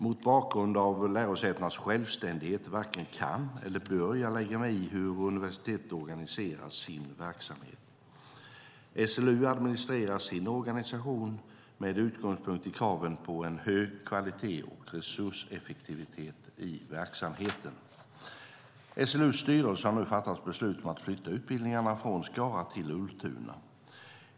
Mot bakgrund av lärosätenas självständighet varken kan eller bör jag lägga mig i hur universitetet organiserar sin verksamhet. SLU administrerar sin organisation med utgångspunkt i kravet på en hög kvalitet och resurseffektivitet i verksamheten. SLU:s styrelse har nu fattat beslut om att flytta utbildningarna från Skara till Ultuna.